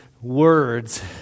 words